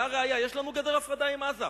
והראיה, יש לנו גדר הפרדה עם עזה.